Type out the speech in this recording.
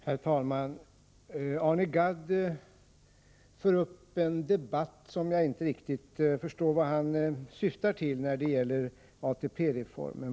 Herr talman! Arne Gadd för en debatt om ATP-reformen som jag inte riktigt förstår syftet med.